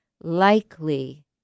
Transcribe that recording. likely